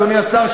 אדוני השר,